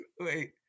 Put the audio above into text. wait